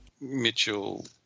Mitchell